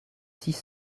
six